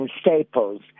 staples